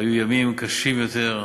היו ימים קשים יותר.